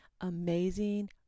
amazing